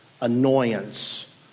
annoyance